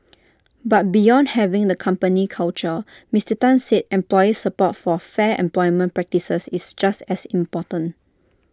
but beyond having the company culture Mister Tan said employee support for fair employment practices is just as important